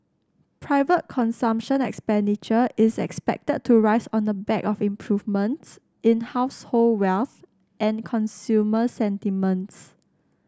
private consumption expenditure is expected to rise on the back of improvements in household wealth and consumer sentiments